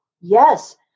yes